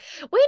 wait